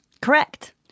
Correct